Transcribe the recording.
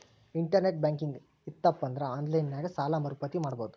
internet banking ಇತ್ತಪಂದ್ರಾ online ನ್ಯಾಗ ಸಾಲ ಮರುಪಾವತಿ ಮಾಡಬೋದು